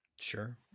Sure